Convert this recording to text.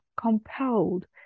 compelled